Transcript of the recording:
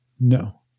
No